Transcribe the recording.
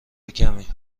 کمی